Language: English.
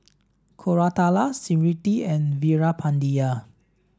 Koratala Smriti and Veerapandiya